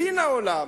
הבין העולם